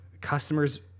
customers